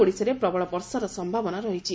ଓଡ଼ିଶାରେ ପ୍ରବଳ ବର୍ଷାର ସମ୍ଭାବନା ରହିଛି